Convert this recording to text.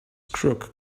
crook